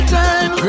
time